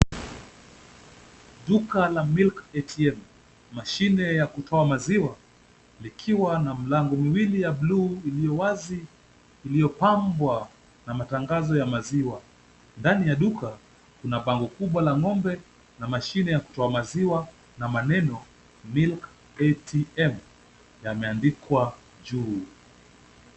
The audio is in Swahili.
Duka la Milk ATM, mashine ya kutoa maziwa likiwa na milango miwili ya buluu iliyo wazi iliyopambwa na matangazo ya maziwa. Ndani ya duka kuna bango kubwa la ng'ombe na mashine ya kutoa maziwa na maneno Milk ATM yameandikwa juu.